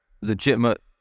legitimate